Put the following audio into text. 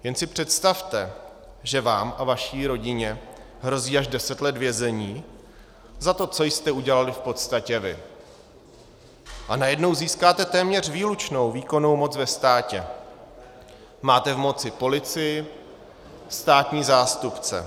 Jen si představte, že vám a vaší rodině hrozí až deset let vězení za to, co jste udělali v podstatě vy, a najednou získáte téměř výlučnou výkonnou moc ve státě, máte v moci policii, státní zástupce.